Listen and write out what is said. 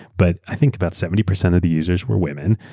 but i think about seventy percent of the users were women.